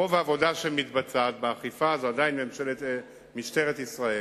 רוב העבודה שנעשית באכיפה, עדיין משטרת ישראל